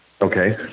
Okay